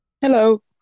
Hello